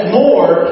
more